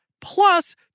plus